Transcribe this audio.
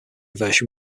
version